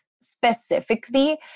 specifically